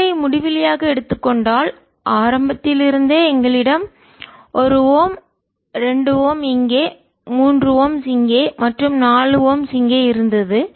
R ஐ முடிவிலியாக எடுத்துக் கொண்டால் ஆரம்பத்தில் இருந்தே எங்களிடம் 1 ஓம் 2 ஓம்ஸ் இங்கே 3 ஓம்ஸ் இங்கே மற்றும் 4 ஓம்ஸ் இங்கே இருந்தது